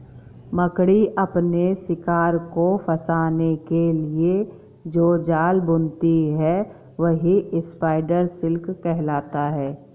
मकड़ी अपने शिकार को फंसाने के लिए जो जाल बुनती है वही स्पाइडर सिल्क कहलाता है